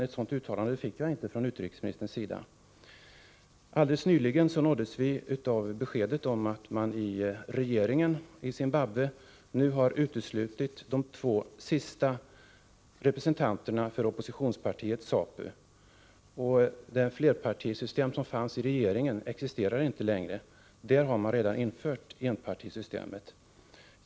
Ett sådant uttalande fick jag inte från utrikesministerns sida. Alldeles nyligen nåddes vi av besked om att regeringen i Zimbabwe uteslutit de två sista representanterna för oppositionspartiet ZAPU. Det flerpartisystem som fanns i regeringen existerar inte längre. Där har man redan infört enpartisystem.